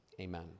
Amen